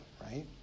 right